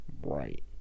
right